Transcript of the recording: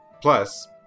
plus